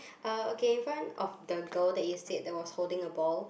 uh okay in front of the girl that you say that was holding a ball